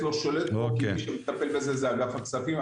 שולט בו כי מי שמטפל בזה זה אגף הכספים.